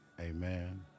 Amen